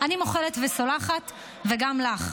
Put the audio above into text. אני מוחלת וסולחת, וגם לך.